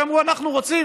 אמרו: אנחנו רוצים